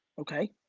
okay,